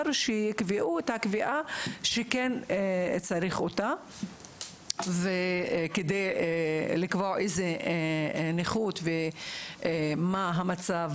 שיוכלו לקבוע את הקביעה שצריך כדי לקבוע איזה נכות ומה מצבו